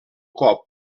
cop